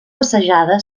passejada